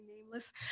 nameless